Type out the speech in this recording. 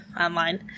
online